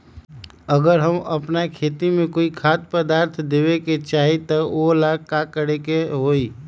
अगर हम अपना खेती में कोइ खाद्य पदार्थ देबे के चाही त वो ला का करे के होई?